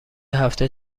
هفته